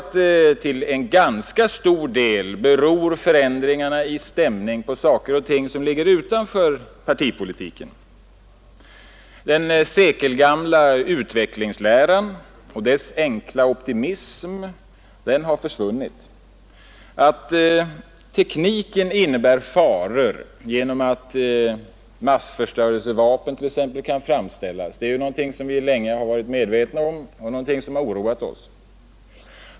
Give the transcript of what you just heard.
Till ganska stor del beror förändringarna i stämning på saker och ting som ligger utanför partipolitiken. Den sekelgamla utvecklingsläran och dess enkla optimism har försvunnit. Att tekniken innebär faror, t.ex. genom de nya massförstörelsevapen som kan framställas, är någonting som vi länge varit medvetna om och som länge oroat oss.